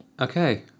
Okay